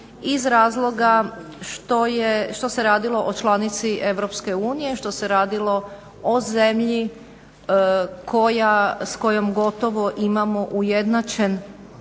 iz razloga što se radilo o članici EU, što se radilo o zemlji s kojom gotovo imamo ujednačen